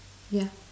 yeah